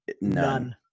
None